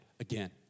again